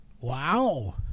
Wow